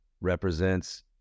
represents